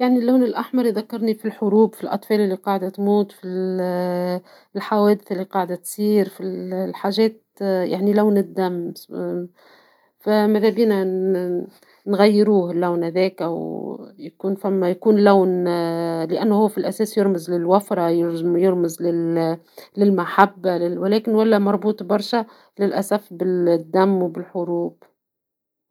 يعني اللون الأحمر يذكرني في الحروب ، في الأطفال لي قاعدة تموت ، الحوادث لي قاعدة تصير ، الحاجات يعني لون الدم ، فماذا بينا نغيروه اللون هذاكا وبكون فما يكون لون ، لأنو هو في الأساس يرمز للوفرة ينجم يرمز للمحبة ، ولكن ولى مربوط برشا للأسف بالدم والحروب.